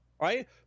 Right